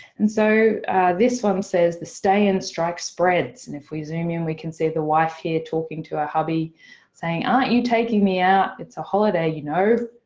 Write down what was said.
and so this one says the stay-in strike spreads. and if we zoom in we can see the wife here talking to her hubby saying aren't you taking me out, it's a holiday you know.